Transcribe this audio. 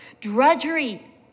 Drudgery